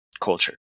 culture